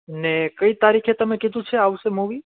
ને કઈ તારીખે તમે કીધું છે આવશે મુવી